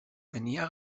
venia